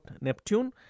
neptune